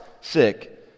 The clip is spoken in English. sick